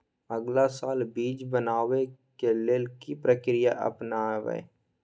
अगला साल बीज बनाबै के लेल के प्रक्रिया अपनाबय?